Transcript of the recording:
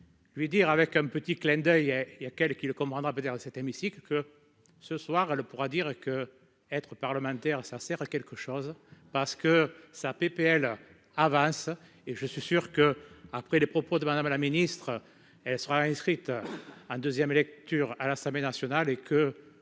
et je dire avec un petit clin d'oeil il y a quelques il comprendra peut dire dans cet hémicycle que ce soir, elle pourra dire que être parlementaire, ça sert à quelque chose, parce que ça, PPL, Havas et je suis sûr que, après les propos de Madame la Ministre, elle sera inscrite en 2ème lecture à l'Assemblée nationale et que